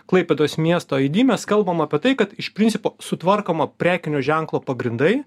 klaipėdos miesto aidi mes kalbam apie tai kad iš principo sutvarkoma prekinio ženklo pagrindai